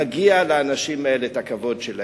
מגיע לאנשים האלה הכבוד שלהם.